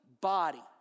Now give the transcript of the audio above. body